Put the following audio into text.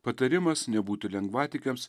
patarimas nebūtų lengvatikiams